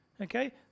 okay